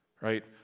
right